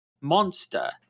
monster